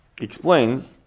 explains